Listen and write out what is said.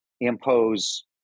impose